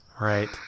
Right